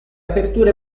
aperture